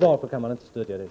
varför kan ni inte stödja det?